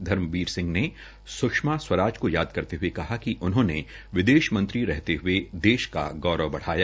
धर्मवीर सिंह ने स्षमा स्वराज को याद करते हये कहा कि उन्होंने विदेशों मंत्री रहते हये देश का गौरव बढ़ाया